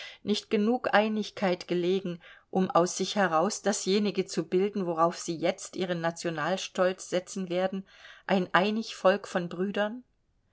nicht genug einigkeit gelegen um aus sich heraus dasjenige zu bilden worauf sie jetzt ihren nationalstolz setzen werden ein einig volk von brüdern